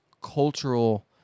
cultural